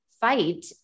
fight